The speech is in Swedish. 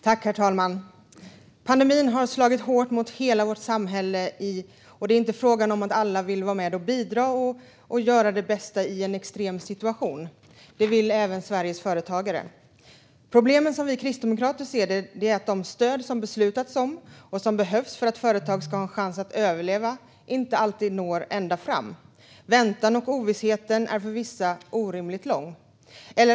Herr talman! Pandemin har slagit hårt mot hela vårt samhälle, och alla vill vara med och bidra och göra det bästa av en extrem situation. Det vill även Sveriges företagare. Problemen som vi kristdemokrater ser är att de stöd som beslutats om och som behövs för att företag ska ha en chans att överleva inte alltid når ända fram. Väntan och ovissheten är för vissa orimligt lång.